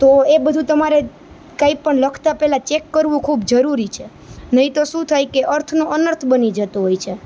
તો એ બધું તમારે કંઈ પણ લખતા પહેલા ચેક કરવું ખૂબ જરૂરી છે નહી તો શું થાય કે અર્થનો અનર્થ બની જતો હોય છે